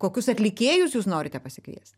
kokius atlikėjus jūs norite pasikviest